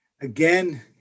Again